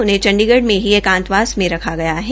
उन्हें चंडीगढ़ में ही एकांतवास में रखा गया है